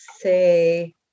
say